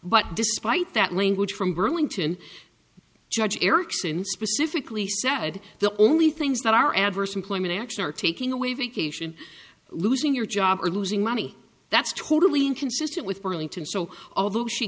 but despite that language from burlington judge erickson specifically said the only things that are adverse employment action are taking away vacation losing your job or losing money that's totally inconsistent with burlington so although she